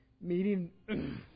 meeting